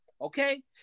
Okay